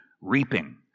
reaping